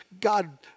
God